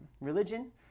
religion